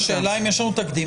השאלה אם יש לנו תקדים.